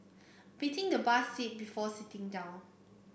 beating the bus seat before sitting down